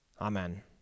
Amen